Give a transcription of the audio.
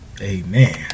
amen